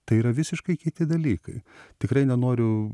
tai yra visiškai kiti dalykai tikrai nenoriu